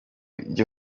jya